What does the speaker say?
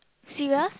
serious